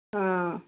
ആ